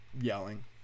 yelling